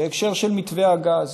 בהקשר של מתווה הגז.